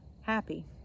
happy